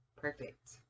Perfect